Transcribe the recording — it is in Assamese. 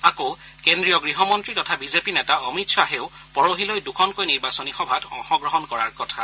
আকৌ কেন্দ্ৰীয় গৃহমন্ত্ৰী তথা বিজেপি নেতা অমিত শ্বাহেও পৰহিলৈ দুখনকৈ নিৰ্বাচনী সভাত অংশগ্ৰহণ কৰাৰ কথা